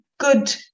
Good